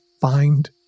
find